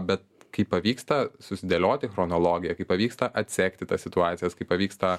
bet kai pavyksta susidėlioti chronologiją kai pavyksta atsekti tas situacijas kai pavyksta